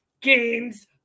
games